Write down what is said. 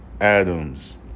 Adams